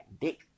dick